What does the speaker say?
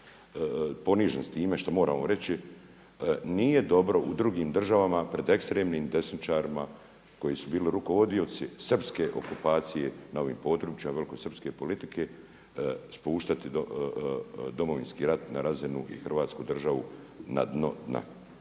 ponižen s time što moramo reći. Nije dobro u drugim državama pred ekstremnim desničarima koji su bili rukovodioci srpske okupacije na ovim područjima, velikosrpske politike spuštati Domovinski rat na razinu i Hrvatsku državu na dno dna.